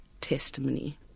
testimony